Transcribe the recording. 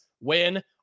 win